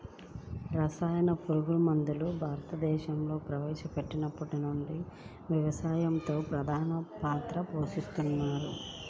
రసాయన పురుగుమందులు భారతదేశంలో ప్రవేశపెట్టినప్పటి నుండి వ్యవసాయంలో ప్రధాన పాత్ర పోషిస్తున్నాయి